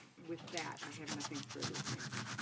with that, i have nothing further. thank